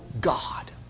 God